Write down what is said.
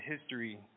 history